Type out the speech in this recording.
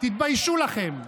תתביישו לכם.